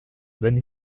bonne